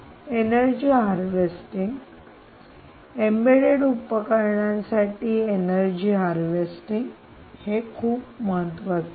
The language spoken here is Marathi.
एनर्जी हार्वेस्टिंग एम्बेडेड उपकरणांसाठी एनर्जी हार्वेस्टिंग खूप महत्वाचे आहे